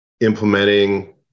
implementing